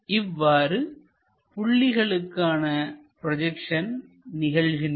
இவ்வாறு புள்ளிகளுக்கான ப்ரொஜெக்ஷன் நிகழ்கின்றன